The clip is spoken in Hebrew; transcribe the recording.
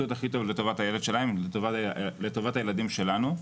את ההכי טוב לטוב הילד שלהם ולטובת הילדים שלנו.